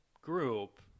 group